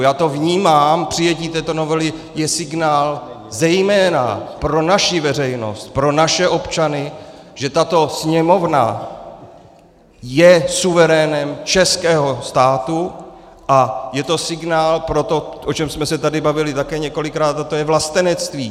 Já to vnímám přijetí této novely je signál zejména pro naši veřejnost, pro naše občany, že tato Sněmovna je suverénem českého státu, a je to signál pro to, o čem jsme se tady také bavili několikrát, a to je vlastenectví.